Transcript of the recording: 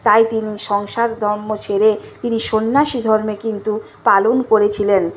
তাই তিনি সংসার ধর্ম ছেড়ে তিনি সন্ন্যাসী ধর্মে কিন্তু পালন করেছিলেন